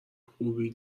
خوبی